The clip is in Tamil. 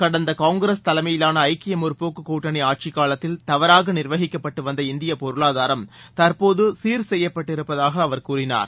கடந்த காங்கிரஸ் தலைமையிலான ஐக்கிய முற்போக்கு கூட்டணி ஆட்சி காலத்தில் தவறாக நிர்வகிக்கப்பட்டு வந்த இந்திய பொருளாதாரம் தற்போது சீர் செய்யப்பட்டிருப்பதாக அவர் கூறினார்